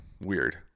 weird